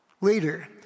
Later